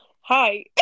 Hi